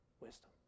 wisdom